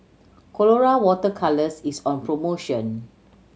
Colora Water Colours is on promotion